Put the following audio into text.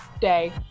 day